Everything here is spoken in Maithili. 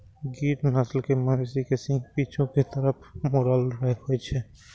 गिर नस्ल के मवेशी के सींग पीछू के तरफ मुड़ल होइ छै